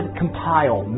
compile